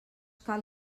cal